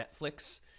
Netflix